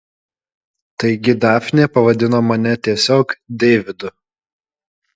taigi dafnė pavadino mane tiesiog deividu